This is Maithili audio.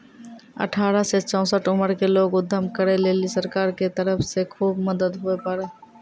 अठारह से चौसठ उमर के लोग उद्यम करै लेली सरकार के तरफ से खुब मदद हुवै पारै